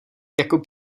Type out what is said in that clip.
jako